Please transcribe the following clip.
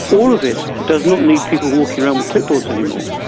all of it does not need people walking around with clip boards any more.